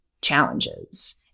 challenges